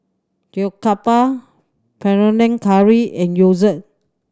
Jokbal Panang Curry and Gyoza